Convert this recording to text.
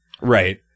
right